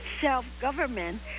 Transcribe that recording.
self-government